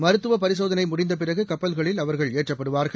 மருத்துவப் பரிசோதனை முடிந்த பிறகு கப்பல்களில் அவர்கள் ஏற்றப்படுவார்கள்